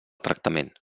tractament